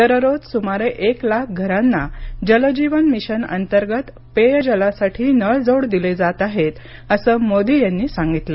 दररोज सुमारे एक लाख घरांना जलजीवन मिशन अंतर्गत पेयजलासाठी नळजोड दिले जात आहेत असं मोदी यांनी सांगितलं